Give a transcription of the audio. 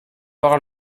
par